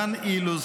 דן אילוז,